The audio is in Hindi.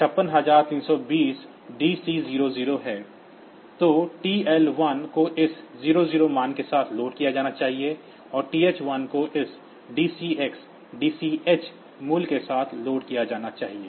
तो TL1 को इस 00 मान के साथ लोड किया जाना चाहिए और TH1 को इस DCx DCH मूल्य के साथ लोड किया जाना चाहिए